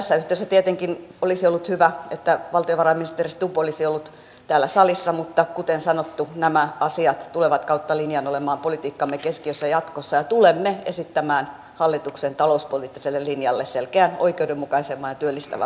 tässä yhteydessä tietenkin olisi ollut hyvä että valtiovarainministeri stubb olisi ollut täällä salissa mutta kuten sanottu nämä asiat tulevat kautta linjan olemaan politiikkamme keskiössä jatkossa ja tulemme esittämään hallituksen talouspoliittiselle linjalle selkeän oikeudenmukaisemman ja työllistävämmän vaihtoehdon